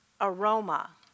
aroma